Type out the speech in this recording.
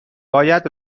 باید